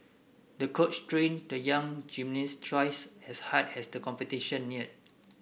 the coach trained the young gymnast twice as hard as the competition neared